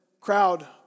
crowd